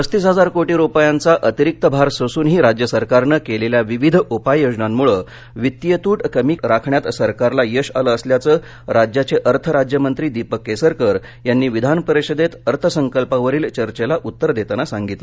पस्तीस हजार कोटी रुपयांचा अतिरिक्त भार सोसूनही राज्य सरकारनं केलेल्या विविध उपाययोजनांमुळं वित्तीय तूट कमी राखण्यात सरकारला यश आलं असल्याचं राज्याचे अर्थ राज्यमंत्री दीपक केसरकर यांनी विधानपरिषदेत अर्थसंकल्पावरील चर्चेला उत्तर देताना सांगितलं